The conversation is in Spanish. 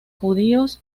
judíos